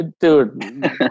Dude